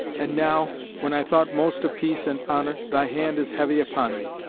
and now when i thought most of peace and honour, thy hand is heavy upon me,